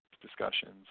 discussions